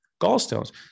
gallstones